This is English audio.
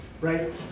right